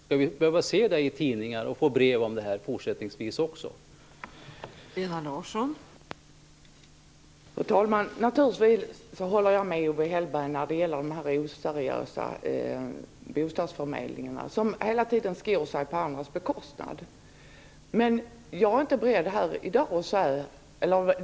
Skall vi behöva se reportage om det i tidningar och även fortsättningsvis få brev om den här saken?